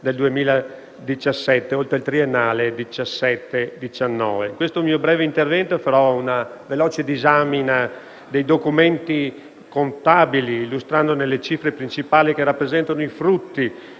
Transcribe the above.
2017, oltre al bilancio triennale 2017-2019. In questo mio breve intervento farò una veloce disamina dei documenti contabili, illustrandone le cifre principali che rappresentano i frutti